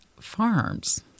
farms